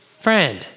Friend